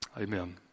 Amen